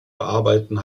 bearbeiten